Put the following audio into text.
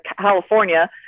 California